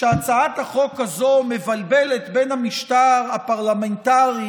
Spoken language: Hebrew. שהצעת החוק הזו מבלבלת בין המשטר הפרלמנטרי